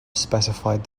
specified